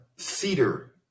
cedar